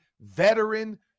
veteran